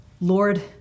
Lord